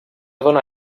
dóna